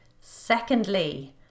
Secondly